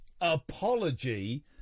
apology